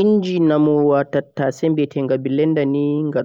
inji namowo tatasse bhitegha blender ni gha